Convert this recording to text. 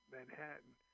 Manhattan